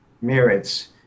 merits